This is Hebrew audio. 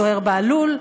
זוהיר בהלול,